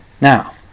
now